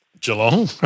Geelong